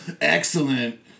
Excellent